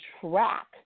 track